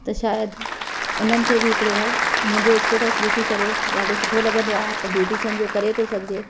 त शायदि उन्हनि खे बि हिकिड़ो उहो मुंहिंजो स्टेटस ॾिसी करे ॾाढो सुठो लॻंदो आहे त ब्यूटीशियन जो करे थो सघिजे